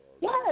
Yes